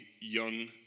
young